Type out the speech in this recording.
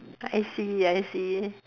I see I see